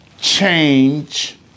change